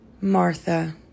Martha